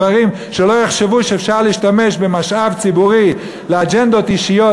שלא יחשבו שאפשר להשתמש במשאב ציבורי לאג'נדות אישיות,